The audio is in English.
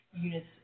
units